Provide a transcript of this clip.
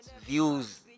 Views